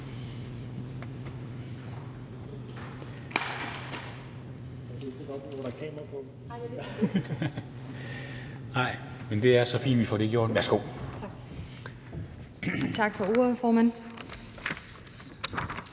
Tak for ordet, formand.